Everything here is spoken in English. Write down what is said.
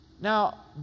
Now